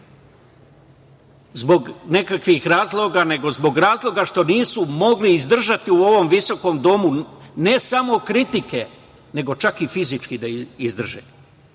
zbog nekakvih razloga, nego zbog razloga što nisu mogli izdržati u ovom visokom domu ne samo kritike, nego čak i fizički da izdrže. Jedan